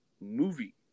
movie